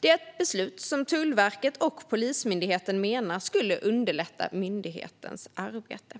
Det är ett beslut som Tullverket och Polismyndigheten menar skulle underlätta myndighetens arbete.